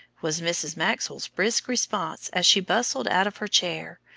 was mrs. maxwell's brisk response as she bustled out of her chair,